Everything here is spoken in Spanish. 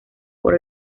por